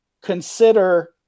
consider